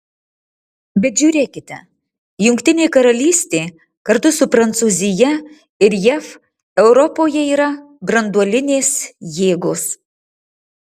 bet žiūrėkite jungtinė karalystė kartu su prancūzija ir jav europoje yra branduolinės jėgos